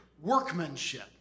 workmanship